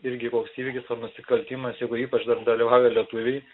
irgi koks įvykis ar nusikaltimas jeigu ypač dar dalyvauja lietuviai